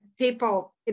people